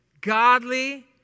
Godly